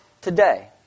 today